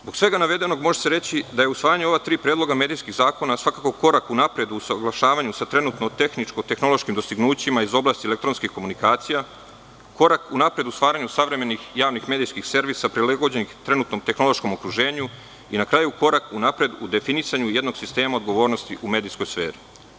Zbog svega navedenog može se reći da je usvajanje ova tri predloga medijskih zakona svakako korak unapred u usaglašavanju sa trenutno tehničko-tehnološkim dostignućima iz oblasti elektronskih komunikacija, korak unapred u stvaranju savremenih javnih medijskih servisa prilagođenih trenutnom tehnološkom okruženju i, na kraju, korak napred u definisanju jednog sistema odgovornosti u medijskoj sferi.